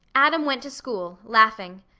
adam went to school, laughing.